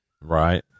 Right